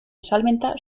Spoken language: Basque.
salmenta